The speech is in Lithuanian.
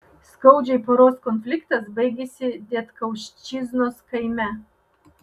skaudžiai poros konfliktas baigėsi dietkauščiznos kaime